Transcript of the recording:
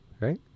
right